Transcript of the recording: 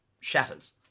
shatters